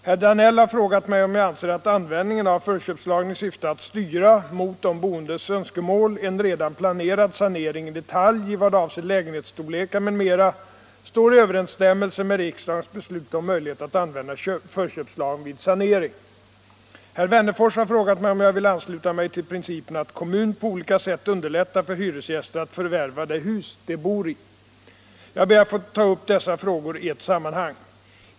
Herr Danell har frågat mig om jag anser att användningen av för Herr Wennerfors har frågat mig om jag vill ansluta mig till principen att kommun på olika sätt underlättar för hyresgäster att förvärva det hus de bor i. Jag ber att få ta upp dessa frågor i ett sammanhang.